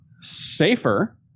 safer